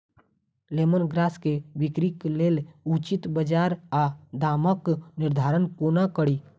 Lemon grass केँ बिक्रीक लेल उचित बजार आ दामक निर्धारण कोना कड़ी?